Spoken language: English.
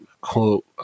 quote